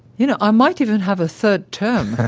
you know, i might even have a third term.